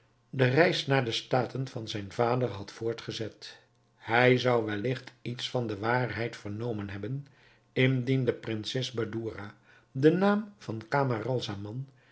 de reis naar de staten van zijn vader had voortgezet hij zou welligt iets van de waarheid vernomen hebben indien de prinses badoura den naam van